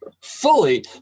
fully